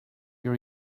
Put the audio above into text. your